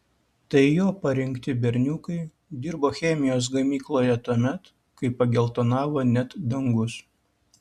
tai jo parinkti berniukai dirbo chemijos gamykloje tuomet kai pageltonavo net dangus